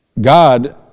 God